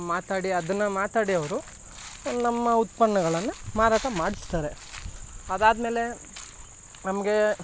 ಮಾತಾಡಿ ಅದನ್ನು ಮಾತಾಡಿ ಅವರು ನಮ್ಮ ಉತ್ಪನ್ನಗಳನ್ನು ಮಾರಾಟ ಮಾಡಿಸ್ತಾರೆ ಅದಾದ್ಮೇಲೆ ನಮಗೆ